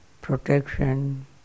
protection